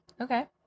Okay